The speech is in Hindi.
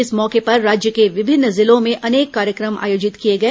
इस मौके पर राज्य के विभिन्न जिलों में अनेक कार्यक्रम आयोजित किए गए